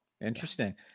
Interesting